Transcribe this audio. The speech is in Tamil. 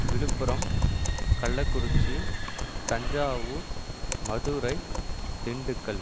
விழுப்புரம் கள்ளக்குறிச்சி தஞ்சாவூர் மதுரை திண்டுக்கல்